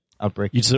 outbreak